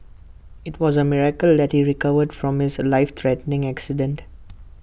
IT was A miracle that he recovered from his life threatening accident